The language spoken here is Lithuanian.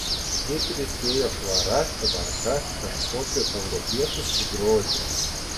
ji tviskėjo švara tvarka kažkokiu europietišku grožiu